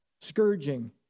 scourging